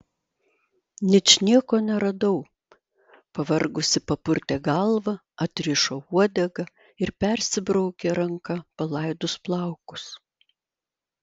ničnieko neradau pavargusi papurtė galvą atrišo uodegą ir persibraukė ranka palaidus plaukus